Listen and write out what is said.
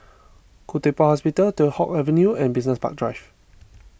Khoo Teck Puat Hospital Teow Hock Avenue and Business Park Drive